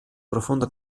profonda